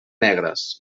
negres